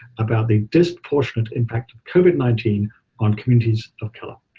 about the disproportionate impact of covid nineteen on communities of color.